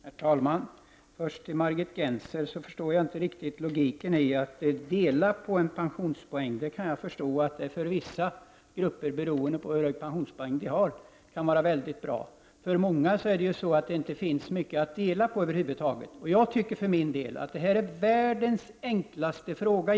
Herr talman! Först till Margit Gennser. Att det för vissa grupper, beroende på hur hög pensionspoäng man har, kan vara väldigt bra att dela på pensionspoängen, det förstår jag. Men för många finns det inte mycket att dela på över huvud taget. Jag tycker för min del att detta egentligen är världens enklaste fråga.